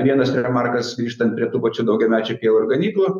vienas remarkas grįžtant prie tų pačių daugiamečių pievų ir ganyklų